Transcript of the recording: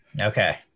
okay